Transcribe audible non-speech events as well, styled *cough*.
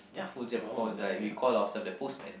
*unintelligible*